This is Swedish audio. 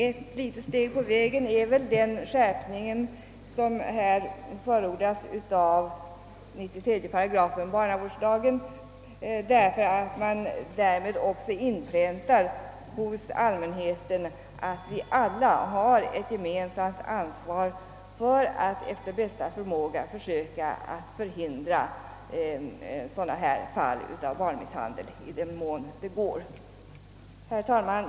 Ett litet steg i en sådan riktning är den skärpning som förordats av 93 8 hbarnavårdslagen, eftersom man därigenom inpräntar hos allmänheten att alla har ett gemensamt ansvar att efter bästa förmåga försöka hindra barnmisshandel. Herr talman!